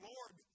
Lord